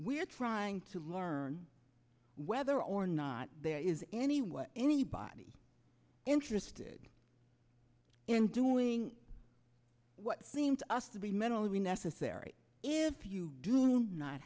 we're trying to learn whether or not there is any way anybody interested in doing what seems us to be mentally necessary if you do not